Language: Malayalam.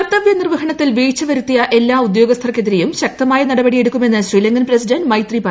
കർത്തവൃ നിർവ്വഹണത്തിൽ വീഴ്ച വരുത്തിയ എല്ലാ ഉദ്യോഗസ്ഥർക്കെതിരെയും ശക്തമായ നടപടിയെടുക്കുമെന്ന് ശ്രീലങ്കൻ പ്രസിഡന്റ് മൈത്രീപാല സിരിസേന